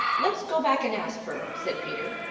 let's go back and ask her, said peter.